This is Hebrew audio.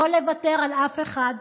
לא לוותר על אף אחד.